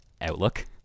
Outlook